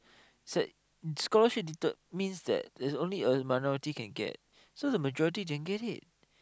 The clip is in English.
it's like scholarship determines that there's only a minority can get so the majority didn't get it